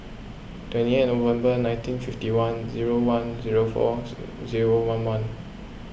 twenty eight November nineteen fifty one zero one zero four zero one month